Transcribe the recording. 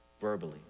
verbally